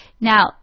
Now